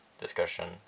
discussion